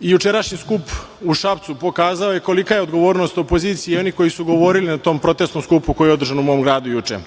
jučerašnji skup u Šapcu pokazao je kolika je odgovornost opozicije i onih koji su govorili na tom protesnom skupu koji je održan u mog gradu juče.